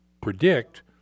predict